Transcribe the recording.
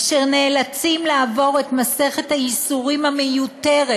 אשר נאלצים לעבור את מסכת הייסורים המיותרת,